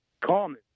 common